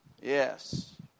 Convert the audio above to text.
Yes